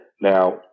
Now